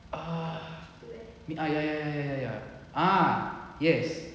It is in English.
ah ah ya ya ya ya ya ah yes